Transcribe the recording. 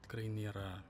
tikrai nėra